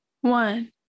one